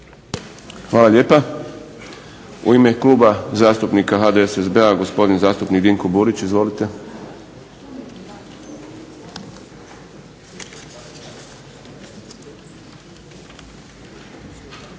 Hvala lijepa. U ime Kluba zastupnika HDSSB-a gospodin zastupnik Dinko Burić. Izvolite.